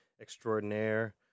extraordinaire